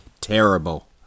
Terrible